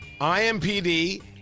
IMPD